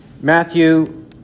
Matthew